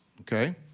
okay